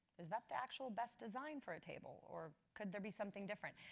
is that the actual best design for a table or could there be something different?